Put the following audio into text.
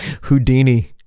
Houdini